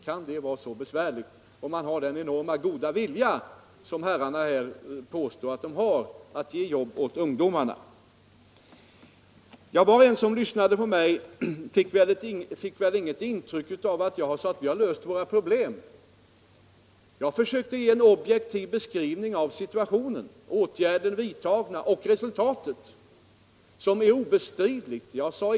Kan det vara så besvärligt — om man har den enormt goda viljan att ge jobb åt ungdomarna. som herr Granstedt och herr Nordgren påstår att de har. Var och en som lyssnade till mig fick väl inte intrycket att jag sade att vi har löst våra problem. Jag försökte ge en objektiv beskrivning av situationen, vilka åtgärder som är vidtagna och vilka resultat som obestridligen föreligger.